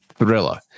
Thriller